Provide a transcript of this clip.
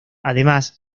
además